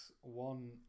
one